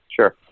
Sure